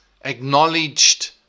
acknowledged